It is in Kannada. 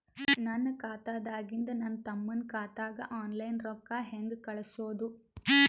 ನನ್ನ ಖಾತಾದಾಗಿಂದ ನನ್ನ ತಮ್ಮನ ಖಾತಾಗ ಆನ್ಲೈನ್ ರೊಕ್ಕ ಹೇಂಗ ಕಳಸೋದು?